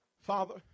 Father